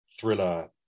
thriller